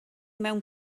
mewn